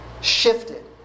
shifted